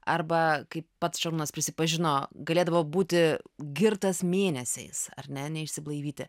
arba kaip pats šarūnas prisipažino galėdavo būti girtas mėnesiais ar ne neišsiblaivyti